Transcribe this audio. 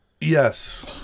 Yes